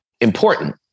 important